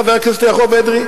חבר הכנסת יעקב אדרי?